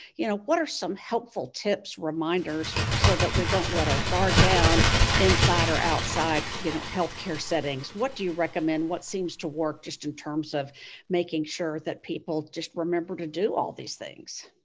you know what are some helpful tips, reminders so that we don't let our guard down inside or outside, you know, healthcare settings? what do you recommend? what seems to work just in terms of making sure that people just remember to do all these things?